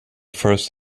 first